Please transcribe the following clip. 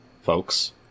folks